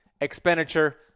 expenditure